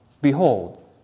behold